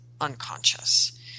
unconscious